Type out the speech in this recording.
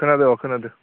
खोनादो अ खोनादो